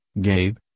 Gabe